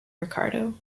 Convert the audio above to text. ricardo